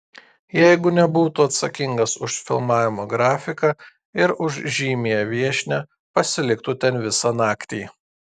jeigu nebūtų atsakingas už filmavimo grafiką ir už žymiąją viešnią pasiliktų ten visą naktį